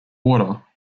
water